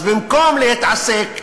אז במקום להתעסק,